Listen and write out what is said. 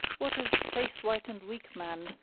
what of face-white-and-weak man,